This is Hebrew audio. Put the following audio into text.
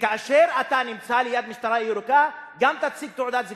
וכשאתה נמצא ליד משטרה ירוקה גם תציג תעודת זהות,